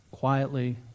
quietly